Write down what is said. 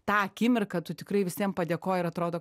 tą akimirką tu tikrai visiem padėkoji ir atrodo